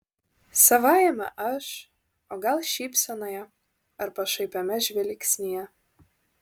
savajame aš o gal šypsenoje ar pašaipiame žvilgsnyje